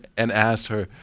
and asked her,